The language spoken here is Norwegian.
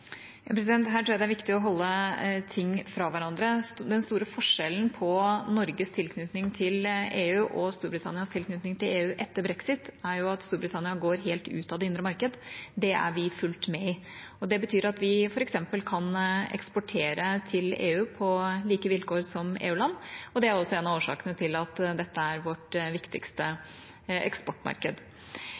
Her tror jeg det er viktig å holde ting fra hverandre. Den store forskjellen på Norges tilknytning til EU og Storbritannias tilknytning til EU etter brexit er at Storbritannia går helt ut av det indre marked. Det er vi fullt med i, og det betyr at vi f.eks. kan eksportere til EU på like vilkår som EU-land. Det er også en av årsakene til at dette er vårt viktigste eksportmarked.